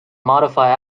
modify